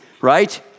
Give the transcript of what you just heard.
right